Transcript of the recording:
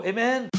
Amen